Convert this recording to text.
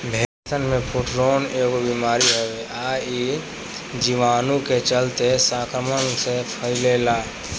भेड़सन में फुट्रोट एगो बिमारी हवे आ इ जीवाणु के चलते संक्रमण से फइले ला